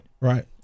Right